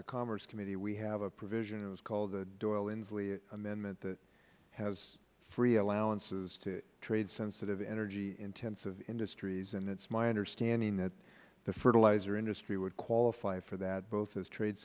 the commerce committee we have a provision that is called the doyle inslee amendment that has free allowances to trade sensitive energy intensive industries and it is my understanding that the fertilizer industry would qualify for that both as trade